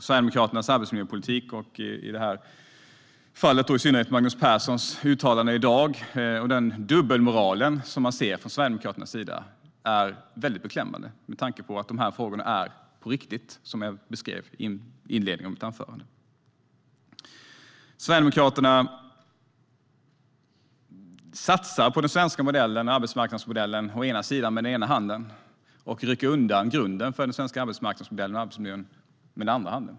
Sverigedemokraternas arbetsmiljöpolitik, i det här fallet i synnerhet Magnus Perssons uttalande i dag, och dubbelmoral är beklämmande. De här frågorna är på riktigt, vilket jag beskrev i inledningen av mitt anförande. Sverigedemokraterna satsar på den svenska arbetsmarknadsmodellen med den ena handen och rycker undan grunden för den svenska arbetsmarknadsmodellen och arbetsmiljön med den andra handen.